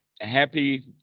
Happy